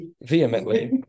vehemently